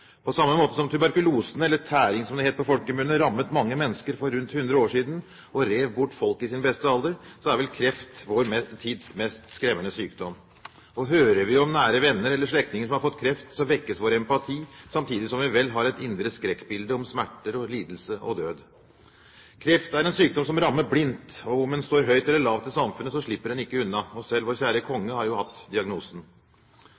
På samme måte som tuberkulose, eller tæring som det het på folkemunne, rammet mange mennesker for rundt hundre år siden og rev bort folk i sin beste alder, er vel kreft vår tids mest skremmende sykdom. Hører vi om nære venner eller slektninger som har fått kreft, vekkes vår empati, samtidig som vi vel har et indre skrekkbilde av smerter, lidelse og død. Kreft er en sykdom som rammer blindt. Om en står høyt eller lavt i samfunnet, slipper en ikke unna. Selv